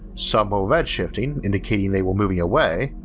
some were redshifting, indicating they were moving away,